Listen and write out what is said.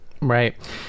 Right